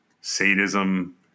sadism